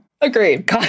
agreed